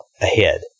ahead